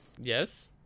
Yes